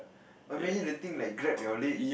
a minute the thing like grab your leg